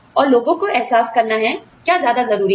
और लोगों को एहसास करना है आप जानते हैं क्या ज़्यादा ज़रूरी है